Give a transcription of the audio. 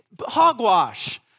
hogwash